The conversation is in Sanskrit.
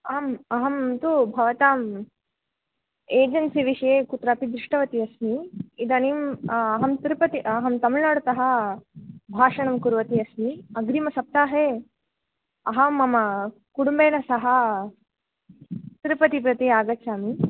आम् अहं तु भवताम् एजेन्सि विषये कुत्रापि दृष्टवती अस्मि इदानीम् अहं तिरुपति अहं तमिळुनाडुतः भाषणं कुर्वती अस्मि अग्रिमसप्ताहे अहं मम कुटुम्बेन सह तिरुपतिं प्रति आगच्छामि